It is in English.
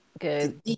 Good